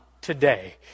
today